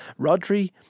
Rodri